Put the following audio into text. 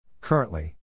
Currently